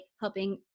helping